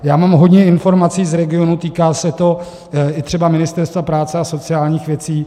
Já mám hodně informací z regionů, týká se to i třeba Ministerstva práce a sociálních věcí.